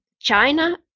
China